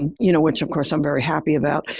you know, which of course i'm very happy about.